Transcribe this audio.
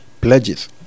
pledges